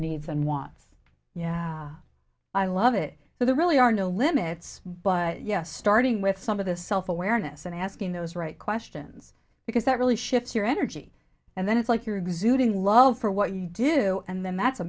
needs and wants yeah i love it so there really are no limits but yes starting with some of the self awareness and asking those right questions because that really shifts your energy and then it's like you're exuding love for what you do and then that's a